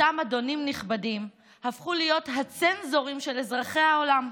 אותם אדונים נכבדים הפכו להיות הצנזורים של אזרחי העולם.